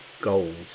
goals